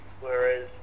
whereas